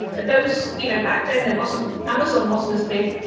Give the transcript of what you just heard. those you know back then there wasn't amazon wasn't as big,